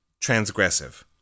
transgressive